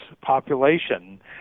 population